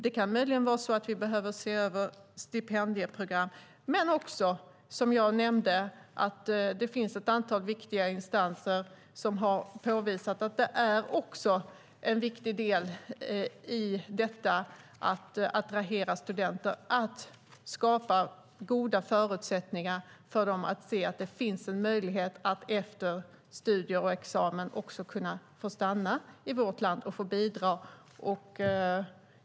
Det kan möjligen vara så att vi behöver se över stipendieprogram, men det finns också, som jag nämnde, ett antal viktiga instanser som har påvisat att en betydande del i att attrahera studenter är att skapa goda förutsättningar för dem att efter studier och examen kunna få stanna i vårt land och få bidra.